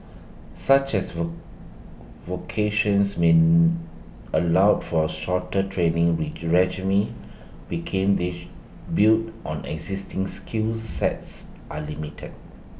such as vocations mean allowed for A shorter training regime became this build on existing skill sets are limited